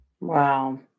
Wow